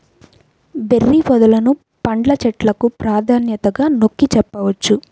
berry పొదలను పండ్ల చెట్లకు ప్రాధాన్యతగా నొక్కి చెప్పవచ్చు